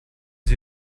sie